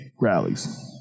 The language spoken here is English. rallies